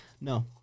No